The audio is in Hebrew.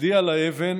מצדיע לאבן